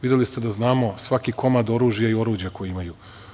Videli ste da znamo svaki komad oružja i oruđa koji imaju.